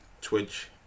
Twitch